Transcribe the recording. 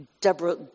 Deborah